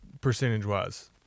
percentage-wise